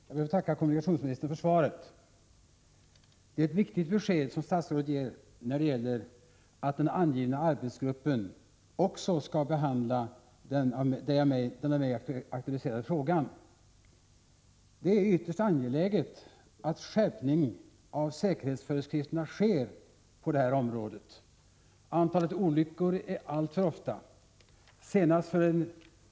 Herr talman! Jag ber att få tacka kommunikationsministern för svaret. Det är ett viktigt besked som statsrådet ger när det gäller att den angivna arbetsgruppen också skall behandla den av mig aktualiserade frågan. Det är ytterst angeläget att skärpning av säkerhetsföreskrifterna sker på detta område. Antalet olyckor är alltför stort.